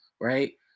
right